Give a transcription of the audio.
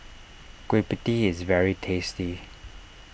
Kueh Pie Tee is very tasty